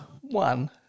one